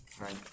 Right